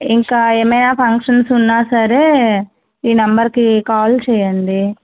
ఇంకా ఏమైనా ఫంక్షన్స్ ఉన్నా సరే ఈ నెంబర్కి కాల్ చెయ్యండి